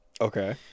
Okay